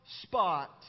spot